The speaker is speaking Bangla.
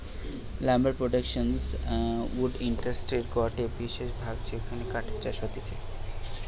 লাম্বার প্রোডাকশন উড ইন্ডাস্ট্রির গটে বিশেষ ভাগ যেখানে কাঠের চাষ হতিছে